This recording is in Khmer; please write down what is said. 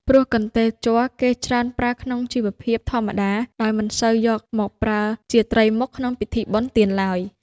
ព្រោះកន្ទេលជ័រ គេច្រើនប្រើក្នុងជីវភាព ធម្មតា ដោយមិនសូវយកមកប្រើជាត្រីមុខក្នុងពិធីបុណ្យទានឡើយ ។